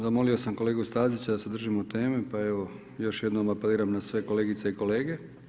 Zamolio sam kolegu Stazića da se držimo teme, pa evo još jednom apeliram na sve kolegice i kolege.